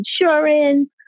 insurance